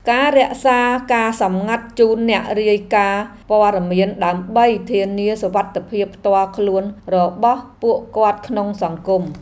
ការរក្សាការសម្ងាត់ជូនអ្នករាយការណ៍ព័ត៌មានដើម្បីធានាសុវត្ថិភាពផ្ទាល់ខ្លួនរបស់ពួកគាត់ក្នុងសង្គម។